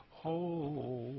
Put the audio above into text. who